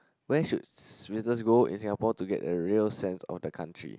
where should visitors go in Singapore to get a real sense of the country